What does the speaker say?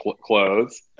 clothes